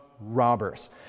robbers